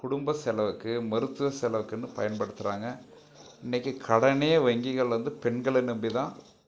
குடும்ப செலவுக்கு மருத்துவ செலவுக்குன்னு பயன்படுத்துகிறாங்க இன்னைக்கி கடனே வங்கிகளில் வந்து பெண்களை நம்பி தான்